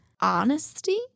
honesty